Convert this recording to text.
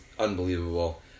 Unbelievable